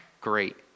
Great